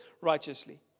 righteously